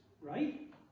right